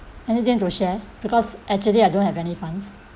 anything to share because actually I don't have any funds